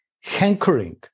hankering